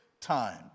time